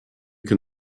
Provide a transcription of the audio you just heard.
can